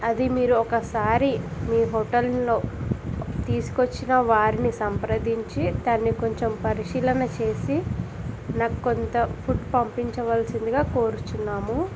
అది మీరు ఒకసారి మీ హోటల్ లో తీసుకు వచ్చిన వారిని సంప్రదించి దాన్ని కొంచెం పరిశీలన చేసి నాకు కొంచెం ఫుడ్ పంపించవలసిందిగా కోరుతున్నాము